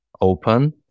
open